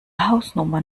hausnummer